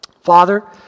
Father